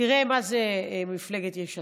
תראה מה זו מפלגת יש עתיד.